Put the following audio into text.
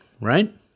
Right